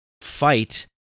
fight